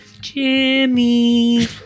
jimmy